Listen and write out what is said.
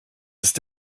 ist